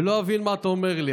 ולא אבין מה אתה אומר לי,